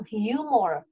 humor